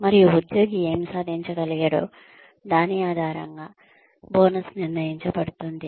మరియు ఉద్యోగి ఏమి సాధించగలిగాడో దాని ఆధారంగా బోనస్ నిర్ణయించబడుతుంది